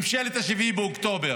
ממשלת 7 באוקטובר,